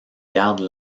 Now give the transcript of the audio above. gardent